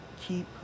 Keep